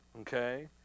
Okay